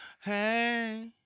hey